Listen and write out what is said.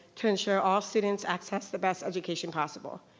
to ensure all students access the best education possible.